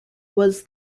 was